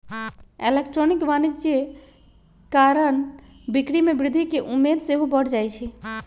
electronic वाणिज्य कारण बिक्री में वृद्धि केँ उम्मेद सेहो बढ़ जाइ छइ